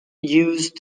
used